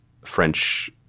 French